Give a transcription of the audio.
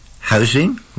Housing